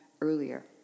earlier